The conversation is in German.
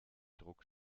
druck